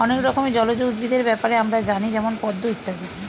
অনেক রকমের জলজ উদ্ভিদের ব্যাপারে আমরা জানি যেমন পদ্ম ইত্যাদি